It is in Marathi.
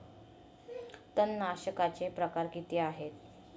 तणनाशकाचे प्रकार किती आहेत?